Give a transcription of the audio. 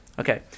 Okay